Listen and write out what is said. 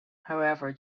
however